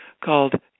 called